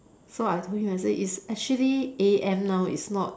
so I told him and say it's actually A_M now it's not